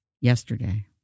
yesterday